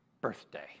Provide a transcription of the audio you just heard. birthday